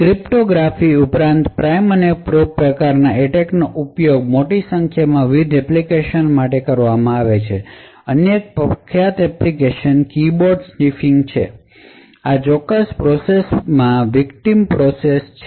cryptography ઉપરાંત prime અને probe પ્રકારના એટેકનો ઉપયોગ મોટી સંખ્યામાં વિવિધ એપ્લિકેશનો માટે કરવામાં આવે છે અન્ય એક પ્રખ્યાત એપ્લિકેશન કીબોર્ડ સ્નિફિંગ માટે છે તેથી આ ચોક્કસ પ્રોસેસ વિકટીમ પ્રોસેસ છે